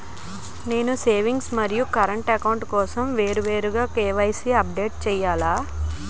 నేను సేవింగ్స్ మరియు current account కోసం వేరువేరుగా కే.వై.సీ అప్డేట్ చేయాలా?